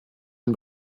ihn